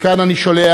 מכאן אני שולח